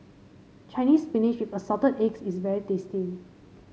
Chinese Spinach with Assorted Eggs is very tasty